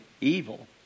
evil